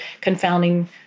confounding